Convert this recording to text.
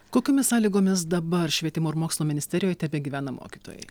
kokiomis sąlygomis dabar švietimo ir mokslo ministerijoje tebegyvena mokytojai